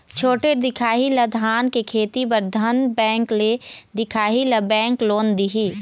छोटे दिखाही ला धान के खेती बर धन बैंक ले दिखाही ला बैंक लोन दिही?